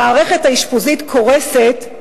המערכת האשפוזית קורסת,